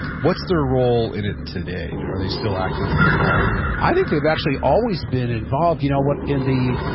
what's their role in it today? are they still actively involved? i think they've actually always been involved. you know what in the,